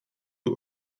who